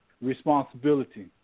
responsibility